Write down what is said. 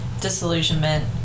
disillusionment